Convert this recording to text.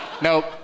Nope